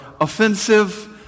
offensive